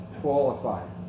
qualifies